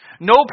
No